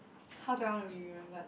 how do I want to be remembered